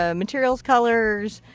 ah materials, colors,